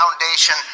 foundation